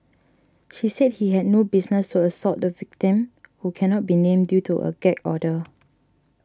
she said he had no business to assault the victim who can not be named due to a gag order